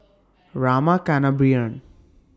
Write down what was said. Rama Kannabiran